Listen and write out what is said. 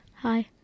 hi